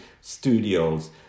Studios